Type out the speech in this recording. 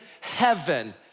heaven